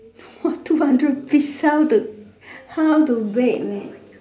!wah! two hundred piece how to how to bake man